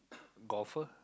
golfer